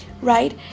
right